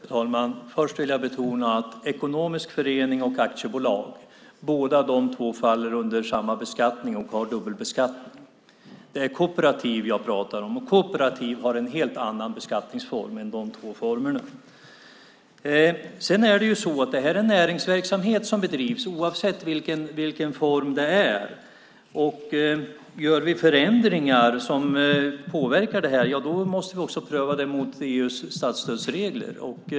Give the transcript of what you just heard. Fru talman! Först vill jag betona att ekonomisk förening och aktiebolag faller under samma beskattning och har dubbelbeskattning. Jag talar om kooperativ och där har man en helt annan beskattningsform. Oavsett form är detta näringsverksamhet. Gör vi förändringar som påverkar detta måste vi pröva det mot EU:s statsstödsregler.